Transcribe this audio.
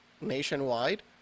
nationwide